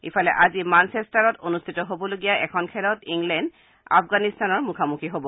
ইফালে আজি মাঞ্চেষ্টাৰত অনুষ্ঠিত হ'ব লগা এখন খেলত ইংলেণ্ড আফগানিস্তানৰ মুখামুখি হ'ব